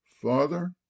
Father